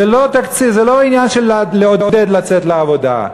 זה לא עניין של לעודד לצאת לעבודה,